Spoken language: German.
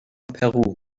peru